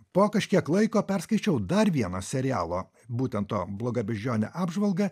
po kažkiek laiko perskaičiau dar vieną serialo būtent to bloga beždžionė apžvalgą